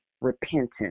repentance